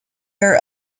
are